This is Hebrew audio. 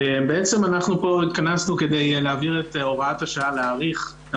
בעצם התכנסנו כדי להאריך את מועד הוראת השעה בחצי